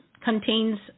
contains